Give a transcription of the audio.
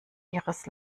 ihres